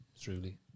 Truly